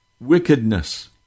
wickedness